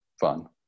fun